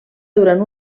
durant